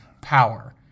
power